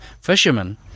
fisherman